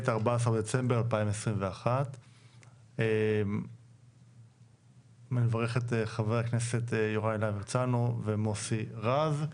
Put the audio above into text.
14 בדצמבר 2021. אני מברך את חברי הכנסת יוראי להב הרצנו ומוסי רז,